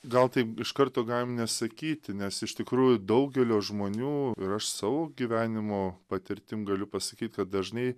gal taip iš karto galim nesakyti nes iš tikrųjų daugelio žmonių ir aš savo gyvenimo patirtim galiu pasakyt kad dažnai